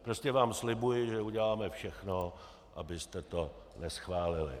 Prostě vám slibuji, že uděláme všechno, abyste to neschválili.